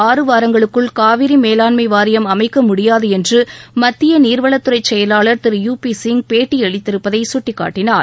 ஆறுவாரங்களுக்குள் காவிரி மேவாண்மை வாரியம் அமைக்க முடியாது என்று மத்திய நீர்வளத்துறை செயலாளர் திரு யு பி சிங் பேட்டியளித்திருப்பதை சுட்டிக்காட்டினார்